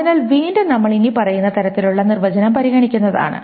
അതിനാൽ വീണ്ടും നമ്മൾ ഇനിപ്പറയുന്ന തരത്തിലുള്ള നിർവചനം പരിഗണിക്കുന്നതാണ്